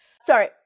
Sorry